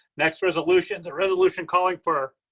next resolution is a resolution calling for,